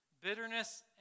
bitterness